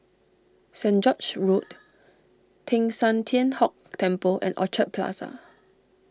Saint George's Road Teng San Tian Hock Temple and Orchard Plaza